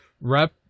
Rep